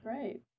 Great